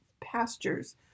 pastures